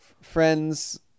Friends